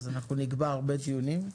אז אנחנו נקבע הרבה דיונים.